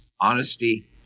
Honesty